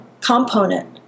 component